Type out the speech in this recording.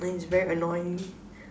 mine is very annoying